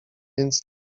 więc